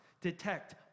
detect